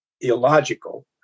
illogical